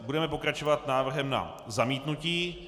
Budeme pokračovat návrhem na zamítnutí.